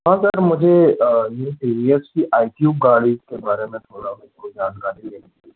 हाँ सर मुझे new T V S की आई क्यूब गाड़ी के बारे में थोड़ा मेरे को जानकारी लेनी थी